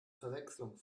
verwechslung